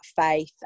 faith